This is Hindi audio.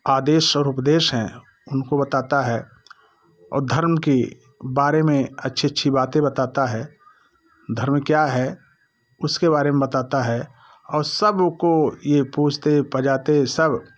आदेश और उपदेश हैं उनको बताता है और धर्म की बारे में अच्छी अच्छी बातें बताता है धर्म क्या है उसके बारे में बताता है और सबको ये पूछते बजाते सब